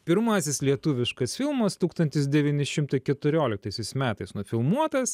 pirmasis lietuviškas filmas tūktantis devyni šimta keturioliktaisiais metais nufilmuotas